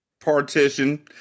partition